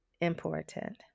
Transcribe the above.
important